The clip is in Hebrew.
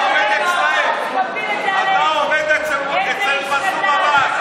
אתה עובד אצלם, אתה עובד אצל מנסור עבאס.